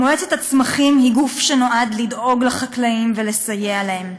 מועצת הצמחים היא גוף שנועד לדאוג לחקלאים ולסייע להם.